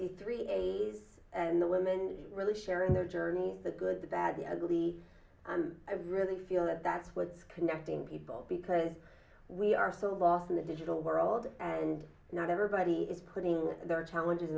the three and the women really sharing their journey the good bad ugly i really feel that that's what's connecting people because we are so lost in the digital world and not everybody is putting their challenges